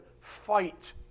fight